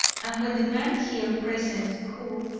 and when the man here present who,